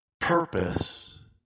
purpose